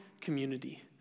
community